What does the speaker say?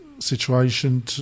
situation